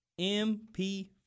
MP